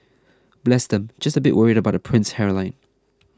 bless them just a bit worried about the prince's hairline